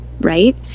Right